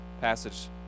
Passage